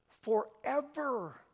forever